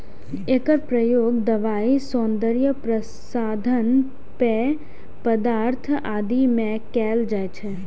एकर प्रयोग दवाइ, सौंदर्य प्रसाधन, पेय पदार्थ आदि मे कैल जाइ छै